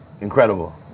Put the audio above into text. incredible